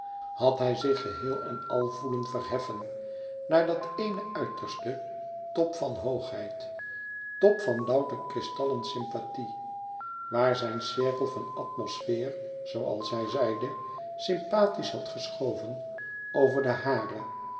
had hij zich geheel en al voelen verheffen naar dat éene uiterste top van hoogheid top van louter kristallen sympathie waar zijn cirkel van atmosfeer zooals hij zeide sympathetisch had geschoven over de hare